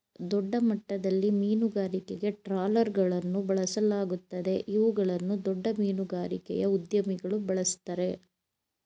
ದೊಡ್ಡಮಟ್ಟದಲ್ಲಿ ಮೀನುಗಾರಿಕೆಗೆ ಟ್ರಾಲರ್ಗಳನ್ನು ಬಳಸಲಾಗುತ್ತದೆ ಇವುಗಳನ್ನು ದೊಡ್ಡ ಮೀನುಗಾರಿಕೆಯ ಉದ್ಯಮಿಗಳು ಬಳ್ಸತ್ತರೆ